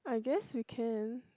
I guess we can